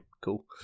Cool